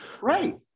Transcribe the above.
right